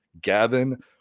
Gavin